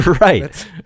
Right